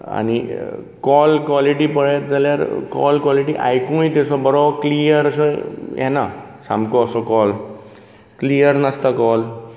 आनी call quality पळयत जाल्यार कॉल कॉलिटी आयकुंगूय तसो बरो क्लियर असो येना सामको असो कॉल क्लियर नासता कॉल